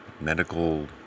medical